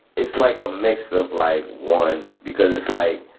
it's like a mix of like one because it's like,